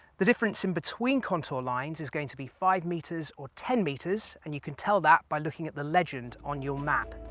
the difference in between contour lines is going to be five metres or ten meters and you can tell that by looking at the legend on your map.